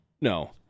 no